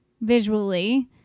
visually